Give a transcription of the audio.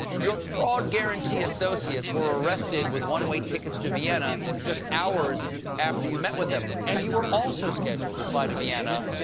your fraud guarantee associates were arrested with one-way tickets to vienna just hours after you met with them. and you were also scheduled to fly to vienna.